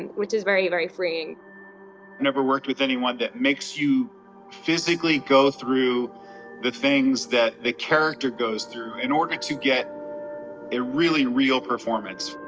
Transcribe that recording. which is very, very freeing. i never worked with anyone that makes you physically go through the things that the character goes through in order to get a really real performance.